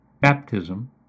baptism